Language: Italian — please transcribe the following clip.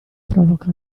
provoca